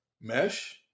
Mesh